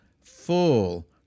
full